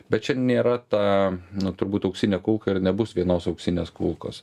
bet čia nėra ta nu turbūt auksinė kulka ir nebus vienos auksinės kulkos